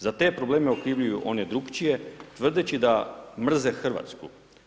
Za te probleme okrivljuju one drugačije, tvrdeći da mrze Hrvatsku.